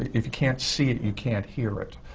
if you can't see it, you can't hear it.